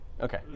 Okay